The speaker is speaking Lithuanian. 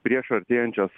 prieš artėjančias